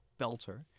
belter